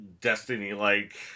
Destiny-like